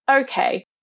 Okay